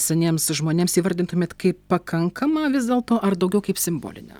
seniems žmonėms įvardintumėt kaip pakankamą vis dėlto ar daugiau kaip simbolinę